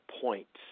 points